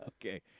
Okay